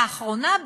לאחרונה,